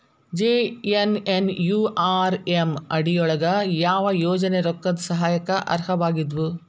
JNNURM ಅಡಿ ಯೊಳಗ ಯಾವ ಯೋಜನೆ ರೊಕ್ಕದ್ ಸಹಾಯಕ್ಕ ಅರ್ಹವಾಗಿದ್ವು?